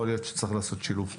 יכול להיות שצריך לעשות שילוב כוחות,